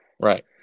Right